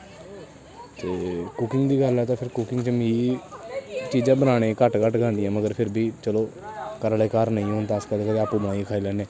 ते कुकिंग दी गल्ल ऐ ते कुकिंग च मी चीजां बनाने गी घट्ट घट्ट गै आंदियां न पर फिर बी चलो घरा आह्ले घर नेईं होन ते अस कदें कदें आपू बनाइयै खाई लैन्ने